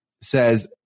says